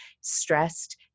stressed